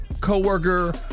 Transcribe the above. co-worker